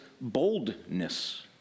boldness